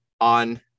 on